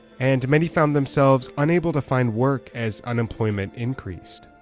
and many found themselves unable to find work as unemployment increased.